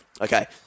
okay